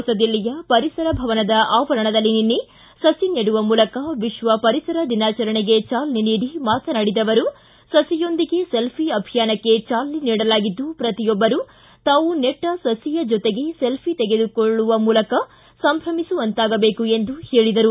ಹೊಸದಿಲ್ಲಿಯ ಪರಿಸರ ಭವನದ ಆವರಣದಲ್ಲಿ ನಿನ್ನೆ ಸು ನೆಡುವ ಮೂಲಕ ವಿಶ್ವ ಪರಿಸರ ದಿನಾಚರಣೆಗೆ ಚಾಲನೆ ನೀಡಿ ಮಾತನಾಡಿದ ಅವರು ಸಹಿಯೊಂದಿಗೆ ಸೆಲ್ಫಿ ಅಭಿಯಾನಕ್ಕೆ ಚಾಲನೆ ನೀಡಲಾಗಿದ್ದು ಪ್ರತಿಯೊಬ್ಬರೂ ತಾವು ನೆಟ್ಟ ಸಹಿಯ ಜೊತೆಗೆ ಸೆಲ್ಫಿ ತೆಗೆದುಕೊಳ್ಳುವ ಮೂಲಕ ಸಂಭ್ರಮಿಸುವಂತಾಗಬೇಕು ಎಂದು ಹೇಳಿದರು